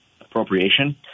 appropriation